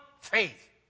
faith